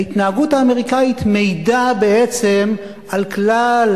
ההתנהגות האמריקנית מעידה בעצם על כלל